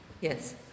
Yes